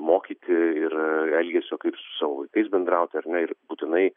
mokyti ir elgesio su savo vaikais bendrauti ar ne ir būtinai